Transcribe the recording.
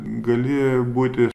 gali būti